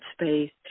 space